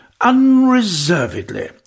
unreservedly